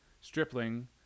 Stripling